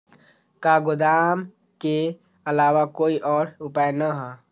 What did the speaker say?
का गोदाम के आलावा कोई और उपाय न ह?